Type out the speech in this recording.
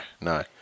no